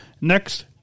Next